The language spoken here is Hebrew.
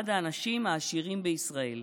אחד האנשים העשירים בישראל.